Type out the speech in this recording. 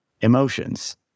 emotions